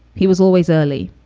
he was always early,